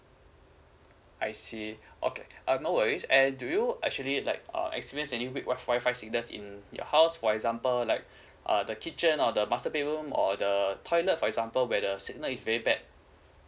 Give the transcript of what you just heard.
I see okay uh no worries and do you actually like err experience any weak wifi signal in your house for example like uh the kitchen or the master bedroom or the the toilet for example where the signal is very bad